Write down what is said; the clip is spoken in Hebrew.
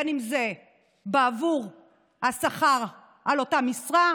בין שזה בעבור השכר על אותה משרה,